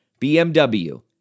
BMW